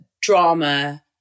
drama